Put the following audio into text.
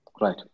right